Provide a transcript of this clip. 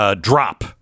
Drop